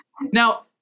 Now